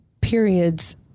periods